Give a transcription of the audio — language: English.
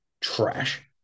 trash